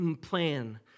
plan